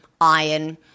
iron